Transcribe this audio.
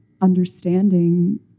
understanding